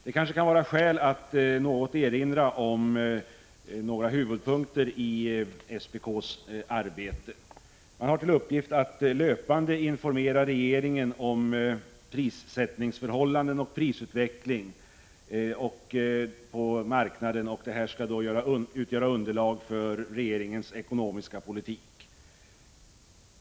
Det kanske kan vara skäl att erinra om några huvudpunkter i SPK:s arbete. SPK har till uppgift att löpande informera regeringen om prissättningsförhållanden och prisutveckling på marknaden. Denna information skall utgöra 129 underlag för regeringens ekonomiska politik.